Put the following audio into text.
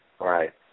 Right